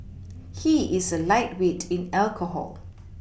he is a lightweight in alcohol